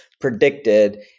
predicted